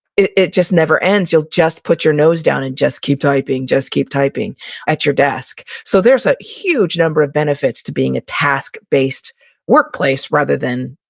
it it just never ends. you'll just put your nose down and just keep typing, just keep typing at your desk. so there's a huge number of benefits to being a task-based workplace rather than